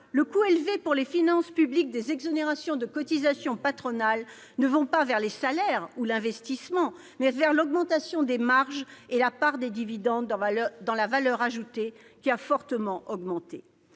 le coût est élevé pour les finances publiques, ne vont pas vers les salaires ou l'investissement, mais vers l'augmentation des marges et la part des dividendes dans la valeur ajoutée qui a fortement augmenté.